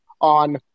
On